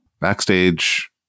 Backstage